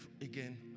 again